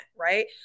right